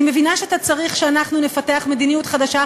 אני מבינה שאתה צריך שאנחנו נפתח מדיניות חדשה,